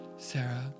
Sarah